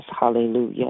Hallelujah